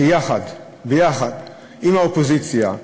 שביחד עם האופוזיציה,